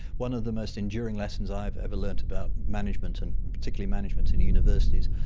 one of the most enduring lessons i've ever learnt about management and particularly management in universities,